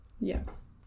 Yes